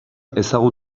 sortzeko